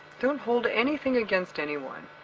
don't hold anything against anyone.